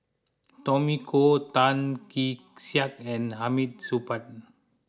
Tommy Koh Tan Kee Sek and Hamid Supaat